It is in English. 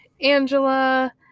Angela